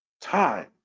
time